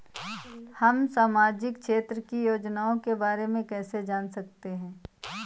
हम सामाजिक क्षेत्र की योजनाओं के बारे में कैसे जान सकते हैं?